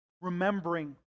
remembering